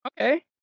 Okay